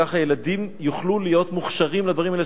שכך ילדים יוכלו להיות מוכשרים לדברים האלה,